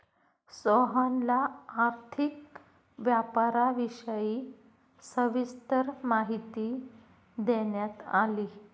सोहनला आर्थिक व्यापाराविषयी सविस्तर माहिती देण्यात आली